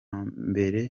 mbere